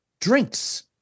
drinks